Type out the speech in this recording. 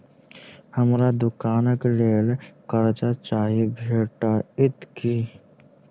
हमरा दुकानक लेल कर्जा चाहि भेटइत की?